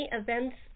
events